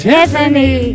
Tiffany